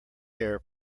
air